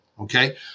okay